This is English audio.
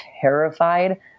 terrified